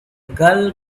girl